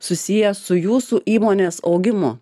susiję su jūsų įmonės augimu